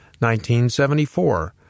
1974